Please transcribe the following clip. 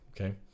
okay